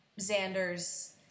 Xander's